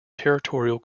territorial